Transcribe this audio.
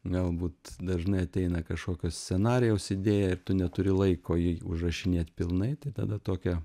galbūt dažnai ateina kažkokio scenarijaus idėja ir tu neturi laiko jį užrašinėt pilnai tai tada tokią